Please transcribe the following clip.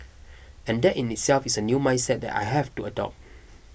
and that in itself is a new mindset that I have to adopt